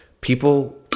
people